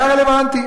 היה רלוונטי.